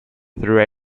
through